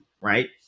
Right